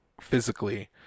physically